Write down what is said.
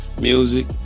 music